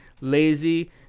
lazy